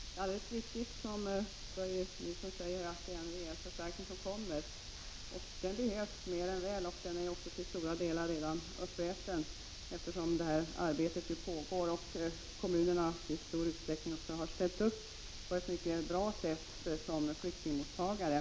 Herr talman! Det är alldeles riktigt som Börje Nilsson säger, att det blir en rejäl förstärkning. Den behövs mer än väl, och den är redan till stora delar uppäten, eftersom det här arbetet pågår och eftersom kommunerna i stor utsträckning ställt upp på ett mycket bra sätt som flyktingmottagare.